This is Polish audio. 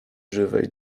żywej